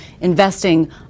investing